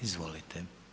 Izvolite.